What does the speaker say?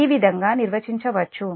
ఈ విధంగా దీనిని నిర్వచించవచ్చు